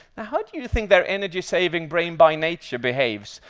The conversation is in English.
how do you think their energy-saving brain by nature behaves?